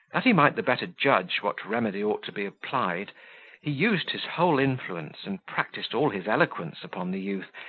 that he might the better judge what remedy ought to be applied, he used his whole influence, and practised all his eloquence upon the youth,